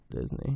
Disney